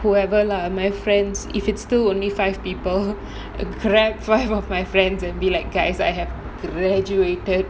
whoever lah my friends if it's still only five people I'll grab five of my friends and be like guys I have graduated